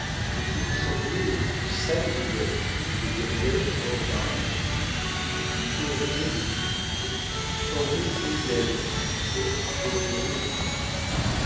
mais qui ressemblaient aux plus sales ouvertures des guinguettes hors barrière une triple rangée de boutiques y formait deux galeries hautes d'environ douze pieds